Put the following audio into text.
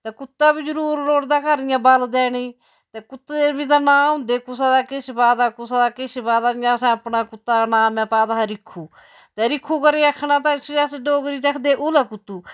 ते कुत्ता बी जरूर लोड़दा घर इ'यां बल देने ई ते कुत्ते दे बी ते नांऽ होंदे कुसै दा किश पाए दा कुसै दा किश पाए दा इयां असें अपना कुत्ता नांऽ में पाए दा ही रिखु ते रिखु करी आखना तां उसी अस डोगरी च आखदे हे उलै कुत्तु